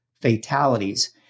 fatalities